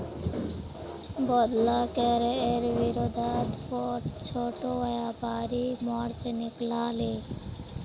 बोढ़ला करेर विरोधत छोटो व्यापारी मोर्चा निकला ले